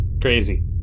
crazy